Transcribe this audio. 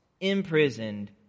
imprisoned